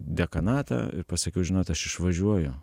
dekanatą ir pasakiau žinot aš išvažiuoju